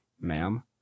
ma'am